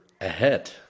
ahead